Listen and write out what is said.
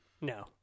No